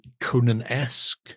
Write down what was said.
conan-esque